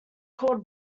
called